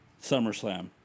SummerSlam